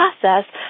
process